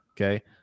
okay